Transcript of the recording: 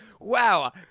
wow